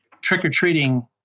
trick-or-treating